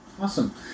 Awesome